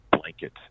blanket